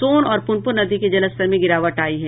सोन और पुनपुन नदी के जलस्तर में गिरावट आयी है